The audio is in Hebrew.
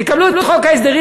תקבלו את חוק ההסדרים,